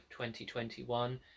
2021